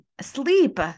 sleep